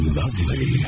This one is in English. lovely